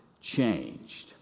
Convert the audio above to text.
changed